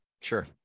Sure